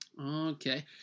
Okay